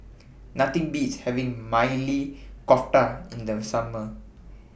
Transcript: Nothing Beats having Maili Kofta in The Summer